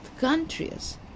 countries